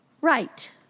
Right